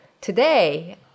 today